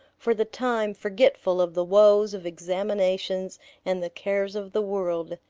for the time forgetful of the woes of examinations and the cares of the world,